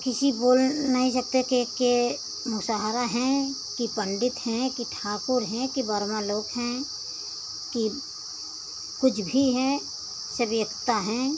किसी बोल नहीं सकते थे के मुसहारा हैं कि पंडित हैं कि ठाकुर हैं कि वर्मा लोग हैं कि कुछ भी हैं सब एकता हैं